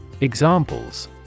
Examples